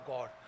God